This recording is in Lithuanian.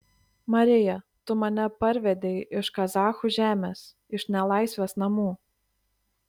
marija tu mane parvedei iš kazachų žemės iš nelaisvės namų